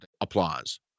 applause